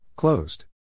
Closed